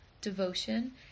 devotion